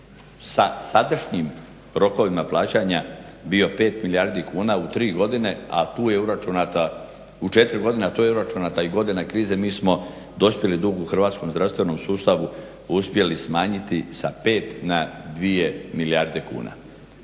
sa sadašnjim rokovima plaćanja bio 5 milijardi kuna u tri godine, a tu je uračunata u četiri godine, a tu je uračunata i godina krize. Mi smo dospjeli dug u hrvatskom zdravstvenom sustavu uspjeli smanjiti sa 5 na 2 milijarde kuna.